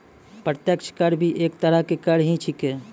प्रत्यक्ष कर भी एक तरह के कर ही छेकै